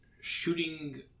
shooting